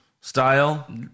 style